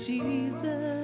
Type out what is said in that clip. Jesus